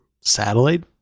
satellite